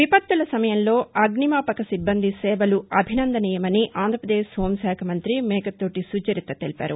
విపత్తుల సమయంలో అగ్నిమాపక సిబ్బంది సేవలు అభిసందనీయమని ఆంధ్రప్రదేశ్ హోంశాఖ మంతి మేకతోటీ సుచరిత తెలిపారు